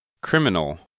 Criminal